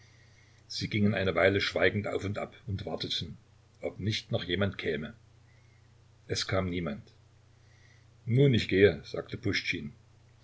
sie gingen eine weile schweigend auf und ab und warteten ob nicht noch jemand käme es kam niemand nun ich gehe sagte